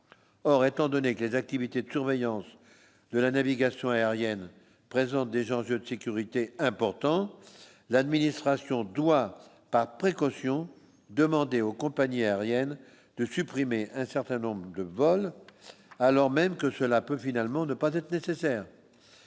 or, étant donné que les activités de surveillance de la navigation aérienne présente des gens vieux de sécurité important, l'administration doit par précaution demander aux compagnies aériennes de supprimer un certain nombre de vols, alors même que cela peut finalement ne pas être nécessaire,